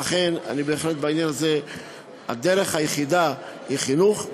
ולכן, בהחלט בעניין הזה הדרך היחידה היא חינוך.